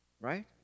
Right